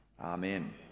amen